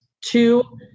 Two